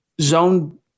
zone